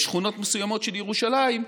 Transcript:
בשכונות מסוימות של ירושלים,